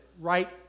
right